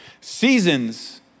Seasons